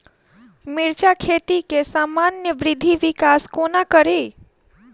मिर्चा खेती केँ सामान्य वृद्धि विकास कोना करि?